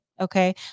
Okay